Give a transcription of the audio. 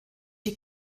die